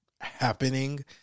happening